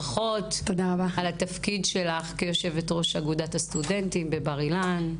ברכות על התפקיד שלך כיושבת-ראש אגודת הסטודנטים בבר-אילן.